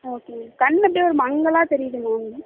okay ma'am கண் அப்படியே ஒரு மங்களாக தெரியுது மேம்